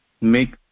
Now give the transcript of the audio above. Make